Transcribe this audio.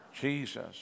Jesus